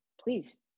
please